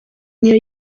niyo